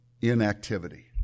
inactivity